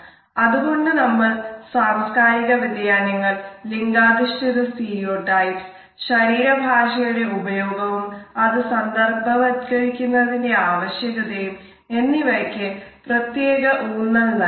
അത്കൊണ്ട് നമ്മൾ സാംസ്കാരിക വ്യതിയാനങ്ങൾ ലിംഗാധിഷ്ഠിത സ്റ്റീരിയോടൈപ്പ്സ് ശരീര ഭാഷയുടെ ഉപയോഗവും അത് സന്ദര്ഭവത്കരിക്കുന്നതിന്റെ ആവശ്യകതയും എന്നിവയ്ക്കു പ്രത്യേക ഊന്നൽ നൽകും